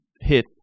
hit